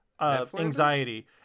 anxiety